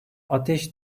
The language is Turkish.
ateş